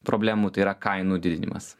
problemų tai yra kainų didinimas